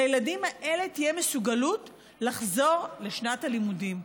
לילדים האלה תהיה מסוגלות לחזור לשנת הלימודים.